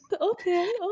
Okay